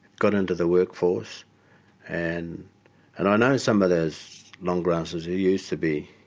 got into the workforce and and i know some of those long grassers who used to be,